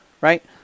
Right